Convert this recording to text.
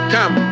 Come